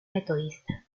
metodista